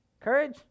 Courage